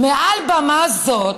מעל במה זו,